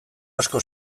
asko